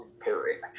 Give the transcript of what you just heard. period